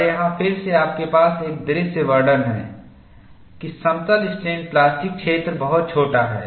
और यहां फिर से आपके पास एक दृश्य प्रतिनिधित्व है कि समतल स्ट्रेन प्लास्टिक क्षेत्र बहुत छोटा है